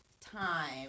time